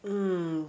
mm